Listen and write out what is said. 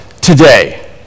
today